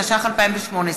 התשע"ח 2018,